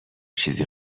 چیزی